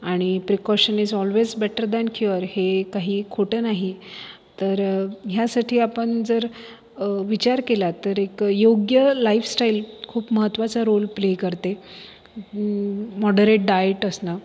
आणि precaution is always better than cure हे काही खोटं नाही तर ह्यासाठी आपण जर विचार केला तर एक योग्य लाइफस्टाइल खूप महत्त्वा चा रोल प्ले करते मॉडरेट डाएट असणं